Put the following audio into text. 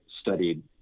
studied